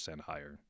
higher